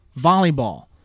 volleyball